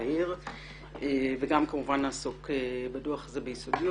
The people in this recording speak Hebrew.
בהיר וגם כמובן נעסוק בדוח הזה ביסודיות